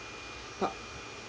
but